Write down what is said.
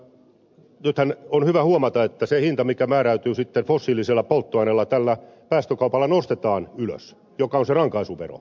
nythän on hyvä huomata että se hinta mikä määräytyy fossiilisella polttoaineella tällä päästökaupalla nostetaan ylös ja se on se rankaisuvero